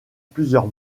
plusieurs